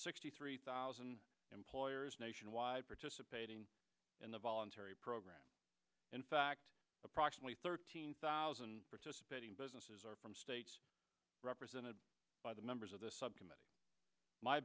sixty three thousand employers nationwide participating in the voluntary program in fact approximately thirteen thousand participating businesses are from states represented by the members of the subcommittee my